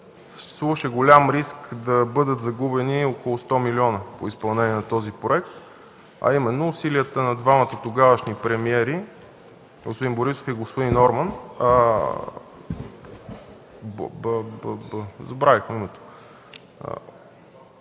голям риск да бъдат загубени около 100 милиона по изпълнение на този проект, а именно усилията на двамата тогавашни премиери господин Борисов и господин Бок